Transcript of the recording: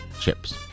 CHIPS